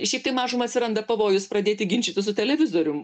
šiaip tai mažuma atsiranda pavojus pradėti ginčytis su televizorium